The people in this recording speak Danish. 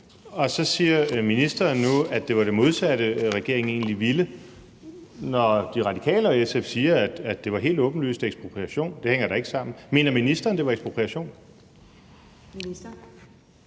så nu siger, at det var det modsatte, regeringen egentlig ville. Når De Radikale og SF siger, at det helt åbenlyst var ekspropriation, hænger det da ikke sammen. Mener ministeren, at det var ekspropriation?